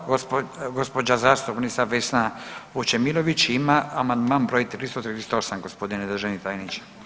Gospođa zastupnica Vesna Vučemilović ima amandman broj 338. gospodine državni tajniče.